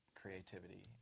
creativity